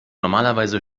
normalerweise